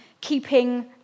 keeping